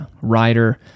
writer